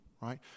Right